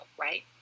Right